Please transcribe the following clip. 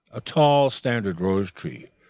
a tall standard rose-tree,